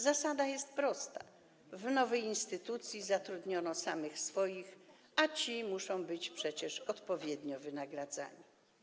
Zasada jest prosta, w nowej instytucji zatrudniono samych swoich, a ci muszą być przecież odpowiednio wynagradzani.